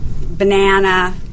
banana